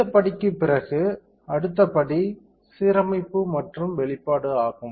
இந்த படிக்குப் பிறகு அடுத்த படி சீரமைப்பு மற்றும் வெளிப்பாடு ஆகும்